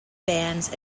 bands